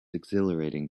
exhilarating